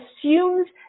assumes